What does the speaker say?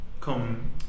come